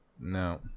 no